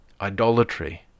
Idolatry